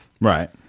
Right